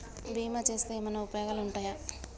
బీమా చేస్తే ఏమన్నా ఉపయోగాలు ఉంటయా?